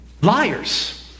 liars